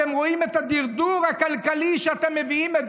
אתם רואים את הדרדור הכלכלי שאתם מביאים.